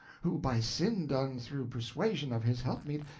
who by sin done through persuasion of his helpmeet,